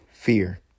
Fear